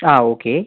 ആ ഓക്കെ